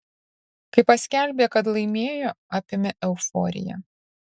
kai paskelbė kad laimėjo apėmė euforija